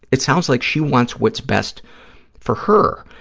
it sounds like she wants what's best for her,